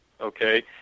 okay